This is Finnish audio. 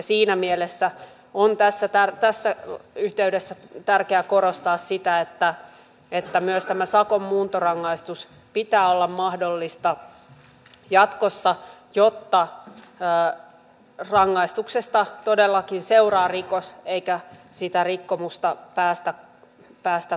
siinä mielessä on tässä yhteydessä tärkeää korostaa sitä että myös tämän sakon muuntorangaistuksen pitää olla mahdollinen jatkossa jotta rikoksesta todellakin seuraa rangaistus eikä sitä rikkomusta päästä karkuun